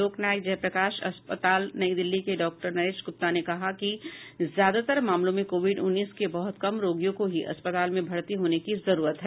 लोक नायक जयप्रकाश अस्पताल नई दिल्ली के डॉक्टर नरेश ग्रप्ता ने कहा कि ज्यादातर मामलों में कोविड उन्नीस के बहत कम रोगियों को ही अस्पताल में भर्ती होने की जरूरत है